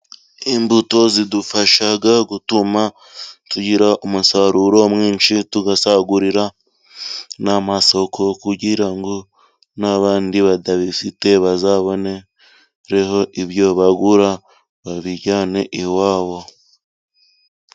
Imbuto zidufasha gutuma tugira umusaruro mwinshi, tugasagurira n'amasoko kugira ngo n'abandi batabifite bazabonereho ibyo bagura babijyane iwabo.